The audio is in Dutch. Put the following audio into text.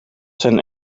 zijn